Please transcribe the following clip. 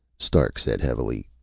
stark said heavily,